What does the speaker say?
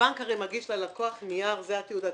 הבנק הרי מגיש ללקוח נייר: זה התיעוד העצמי,